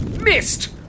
Missed